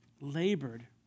labored